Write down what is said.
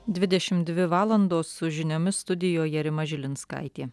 dvidešimt dvi valandos su žiniomis studijoje rima žilinskaitė